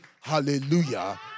hallelujah